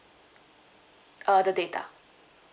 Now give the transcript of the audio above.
uh the data